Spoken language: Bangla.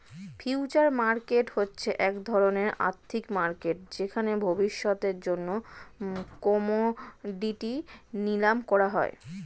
ফিউচার মার্কেট হচ্ছে এক ধরণের আর্থিক মার্কেট যেখানে ভবিষ্যতের জন্য কোমোডিটি নিলাম করা হয়